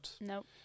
Nope